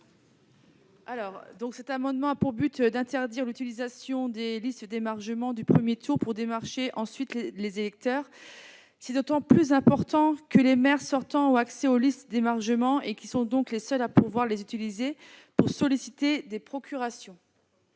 Herzog. Cet amendement a pour objet d'interdire l'utilisation des listes d'émargement du premier tour pour démarcher les électeurs. Cette mesure est d'autant plus importante que les maires sortants ont accès aux listes d'émargement et sont les seuls à pouvoir utiliser ces documents pour solliciter des procurations.